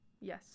Yes